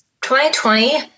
2020